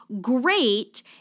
great